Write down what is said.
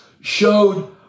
showed